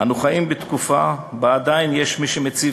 אנו חיים בתקופה שבה עדיין יש מי שמציב